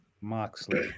Moxley